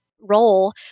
role